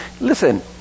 Listen